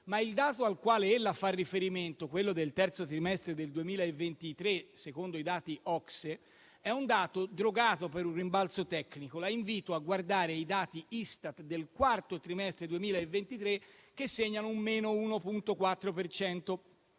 ma il dato al quale ella fa riferimento, quello del terzo trimestre del 2023, secondo i dati OCSE, è un dato drogato per un rimbalzo tecnico. La invito, invece, a guardare i dati Istat del quarto trimestre 2023, che segnano un -1.4